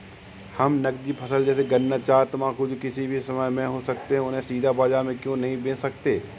हम नगदी फसल जैसे गन्ना चाय तंबाकू जो किसी भी समय में हो सकते हैं उन्हें सीधा बाजार में क्यो नहीं बेच सकते हैं?